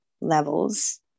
levels